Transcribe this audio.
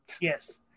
Yes